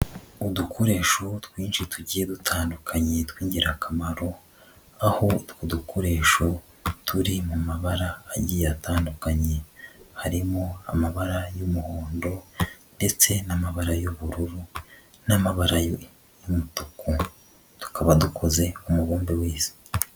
Udukoresho twinshi tugiye dutandukanye tw'ingirakamaro. Aho utwo dukoresho turi mu mabara agiye atandukanye. Harimo amabara y'umuhondo ndetse n'amabara y'ubururu n'amabara y'umutuku, tukaba dukoze umubumbe w'isi.